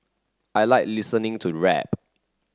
I like listening to rap